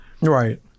Right